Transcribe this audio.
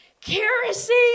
kerosene